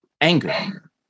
Anger